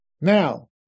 Now